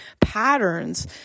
patterns